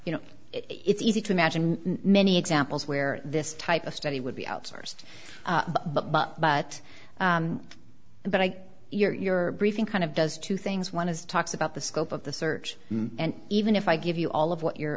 you know it's easy to imagine many examples where this type of study would be outsourced but but but but i your briefing kind of does two things one is talks about the scope of the search and even if i give you all of what you're